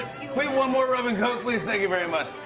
one more rum and coke, please? thank you very much.